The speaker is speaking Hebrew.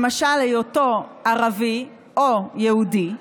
למשל היותו ערבי או יהודי,